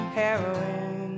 heroin